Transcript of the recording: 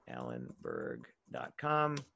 Allenberg.com